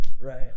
Right